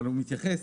נכון.